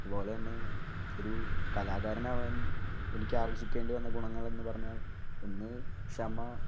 അതുപോലെ തന്നെ ഒരൂ കലാകാരനാവാൻ എനിക്ക് ആർജ്ജിക്കേണ്ടിവന്ന ഗുണങ്ങളെന്ന് പറഞ്ഞാൽ ഒന്ന് ക്ഷമ ആണ്